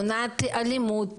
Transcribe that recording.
מונעת אלימות